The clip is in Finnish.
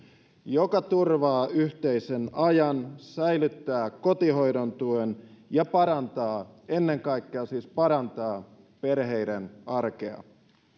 joka turvaa yhteisen ajan säilyttää kotihoidon tuen ja parantaa ennen kaikkea siis parantaa perheiden arkea